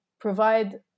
provide